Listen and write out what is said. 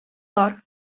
бар